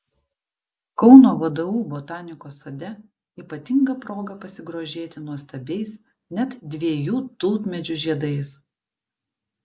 kauno vdu botanikos sode ypatinga proga pasigrožėti nuostabiais net dviejų tulpmedžių žiedais